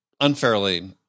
unfairly